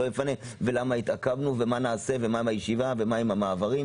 לא יפנה ולמה התעכבנו ומה נעשה ומה עם הישיבה ומה עם המעברים.